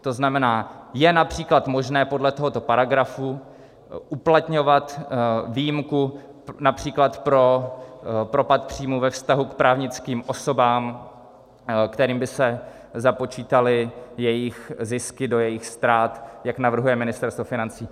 To znamená, je například možné podle tohoto paragrafu uplatňovat výjimku například pro propad příjmů ve vztahu k právnickým osobám, kterým by se započítaly jejich zisky do jejich ztrát, jak navrhuje Ministerstvo financí.